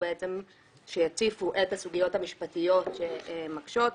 בעצם שיציפו את הסוגיות המשפטיות שמקשות.